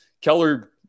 Keller